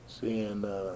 Seeing